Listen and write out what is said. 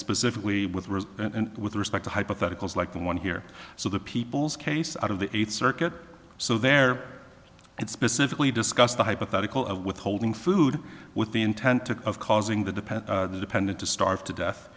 specifically with and with respect to hypotheticals like the one here so the people's case out of the eighth circuit so there it specifically discussed the hypothetical of withholding food with the intent of causing the depend dependent to starve to death